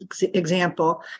example